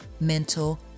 mental